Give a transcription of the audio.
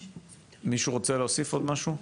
מישהו רוצה להוסיף עוד משהו?